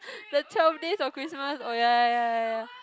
the twelve days of Christmas oh ya ya ya ya ya